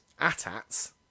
ATats